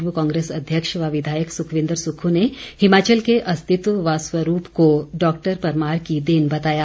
पूर्व कांग्रेस अध्यक्ष व विधायक सुखविन्दर सुक्खू ने हिमाचल के अस्तित्व व स्वरूप को डॉक्टर परमार की देन बताया